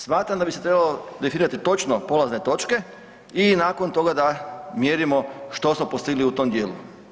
Smatramo da bi se trebalo definirati točno polazne točke i nakon toga da mjerimo što smo postigli u tom dijelu.